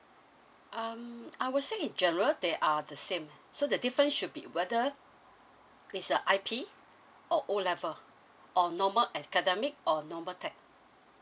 um I would say in general they are the same so the different should be whether it's a I_P or O level or normal academic or normal tech